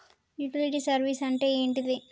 Utility service అంటే ఏంటిది?